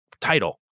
title